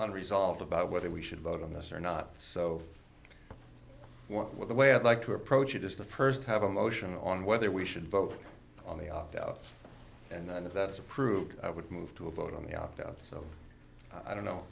on resolved about whether we should vote on this or not so what the way i'd like to approach it is the first have a motion on whether we should vote on the opt out and if that's approved i would move to a vote on the opt out so i don't know